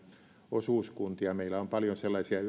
osuuskuntia meillä on on paljon sellaisia